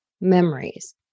memories